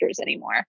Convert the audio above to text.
anymore